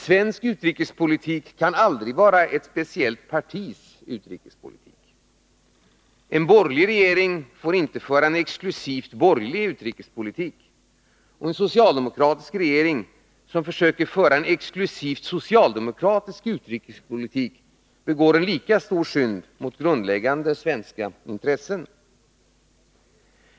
Svensk utrikespolitik kan aldrig vara ett speciellt partis utrikespolitik. En borgerlig regering får inte föra en exklusivt borgerlig utrikespolitik, och en socialdemokratisk regering som försöker föra en exklusivt socialdemokratisk utrikespolitik begår en lika stor synd mot grundläggande svenska intressen.